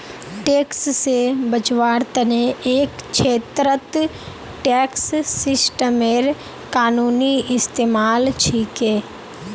tax से बचवार तने एक छेत्रत टैक्स सिस्टमेर कानूनी इस्तेमाल छिके